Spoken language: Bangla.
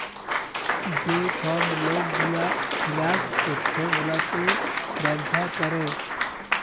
যে ছব লক গুলা ফিল্যাল্স তথ্য গুলাতে ব্যবছা ক্যরে